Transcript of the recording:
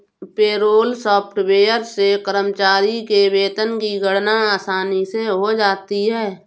payroll software से कर्मचारी के वेतन की गणना आसानी से हो जाता है